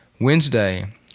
Wednesday